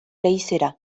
leizera